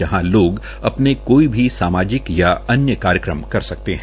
जहां लोग अपने कोई भी सामाजिक या अन्य कार्यक्रम कर सकते हैं